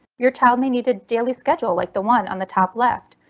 your child may need a daily schedule like the one on the top left.